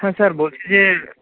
হ্যাঁ স্যার বলছি যে